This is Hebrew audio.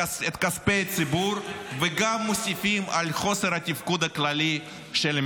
-- את כספי הציבור וגם מוסיפים על חוסר התפקוד הכללי של הממשלה.